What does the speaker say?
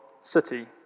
city